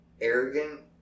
arrogant